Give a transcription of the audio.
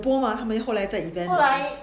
有播吗后来在 event 的